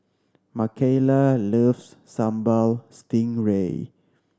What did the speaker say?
Mckayla loves Sambal Stingray